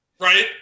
Right